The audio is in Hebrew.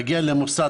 להגיע למוסד,